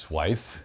wife